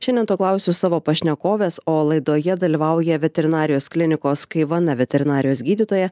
šiandien to klausiu savo pašnekovės o laidoje dalyvauja veterinarijos klinikos kaivana veterinarijos gydytoja